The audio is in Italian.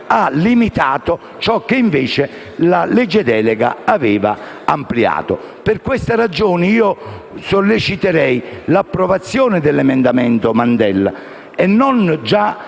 ha limitato ciò che, invece, la legge delega aveva ampliato. Per queste ragioni solleciterei l'approvazione dell'emendamento 15.11 e non già